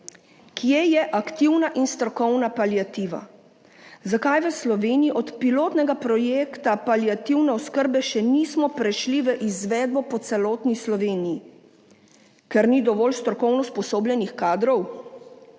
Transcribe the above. Kje je aktivna in strokovna paliativa? Zakaj v Sloveniji od pilotnega projekta paliativne oskrbe še nismo prešli v izvedbo po celotni Sloveniji? Ker ni dovolj strokovno usposobljenih kadrov